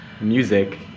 music